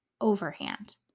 Overhand